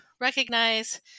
recognize